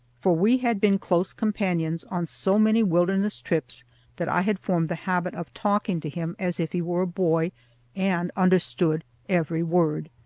for we had been close companions on so many wilderness trips that i had formed the habit of talking to him as if he were a boy and understood every word.